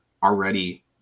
Already